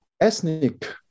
ethnic